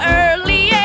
early